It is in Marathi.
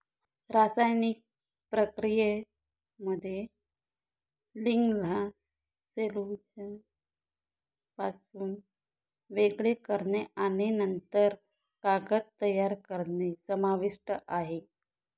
रासायनिक प्रक्रियेमध्ये लिग्निनला सेल्युलोजपासून वेगळे करणे आणि नंतर कागद तयार करणे समाविष्ट आहे